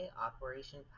Operation